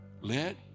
let